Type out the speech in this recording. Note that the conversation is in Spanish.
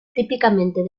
típicamente